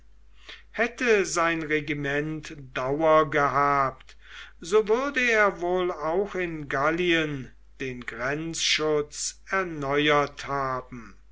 hätte sein regiment dauer gehabt so würde er wohl auch in gallien den grenzschutz erneuert haben